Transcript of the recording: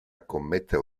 commettere